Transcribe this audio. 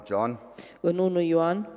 John